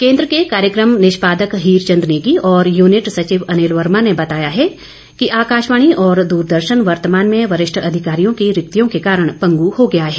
केन्द्र के कार्यक्रम निष्पादक हीरचंद नेगी और यूनिट सचिव अनिल वर्मा ने बताया है कि आकाशवाणी और द्रदर्शन वर्तमान में वरिष्ठ अधिकारियों की रिक्तियों के कारण पंगु हो गया है